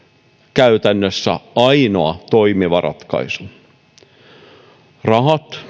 käytännössä ainoa toimiva ratkaisu rahat